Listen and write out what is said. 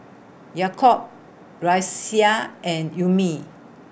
Yaakob Raisya and Ummi